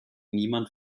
niemand